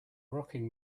rocking